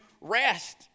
rest